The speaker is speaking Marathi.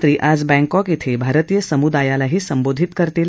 ते आज बँकॉक इथं भारतीय समुदायाला संबोधित करतील